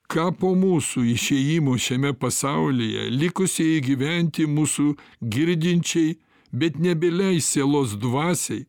ką po mūsų išėjimo šiame pasaulyje likusieji gyventi mūsų girdinčiai bet nebyliai sielos dvasiai